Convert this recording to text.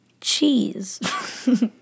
cheese